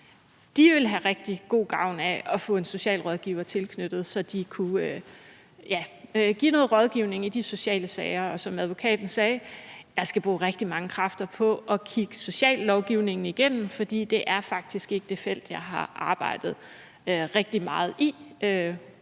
De vil have rigtig god gavn af at få en socialrådgiver tilknyttet, så de kunne give noget rådgivning i de sociale sager. Som advokaten sagde: Jeg skal bruge rigtig mange kræfter på at kigge sociallovgivningen igennem, for det er faktisk ikke det felt, jeg har arbejdet rigtig meget i.